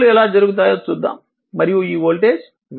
విషయాలు ఎలా జరుగుతాయో చూద్దాం మరియు ఈ వోల్టేజ్ v